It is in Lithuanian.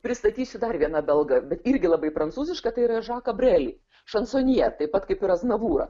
pristatysiu dar vieną belgą bet irgi labai prancūzišką tai yra žaką brelį šansonjė taip pat kaip ir aznavūrą